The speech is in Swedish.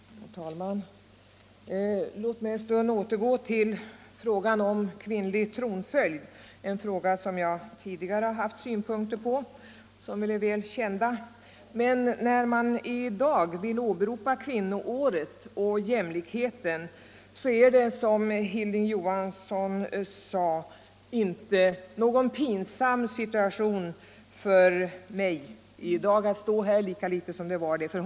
Herr talman! Låt mig en stund återgå till frågan om kvinnlig tronföljd - en fråga som jag tidigare har haft synpunkter på som är väl kända. När man i dag vill åberopa kvinnoåret och jämlikheten så är det för mig inte någon pinsam situation — lika litet som det var det för Hilding Johansson — att stå här i dag.